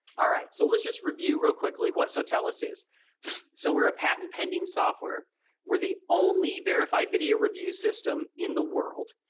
all right. so let's just review real quickly what sotellus is so we're a patent pending software we're the only only verified video review system in the world.